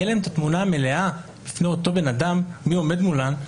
תהיה התמונה מלאה לגבי אותו בן אדם שעומד מולם.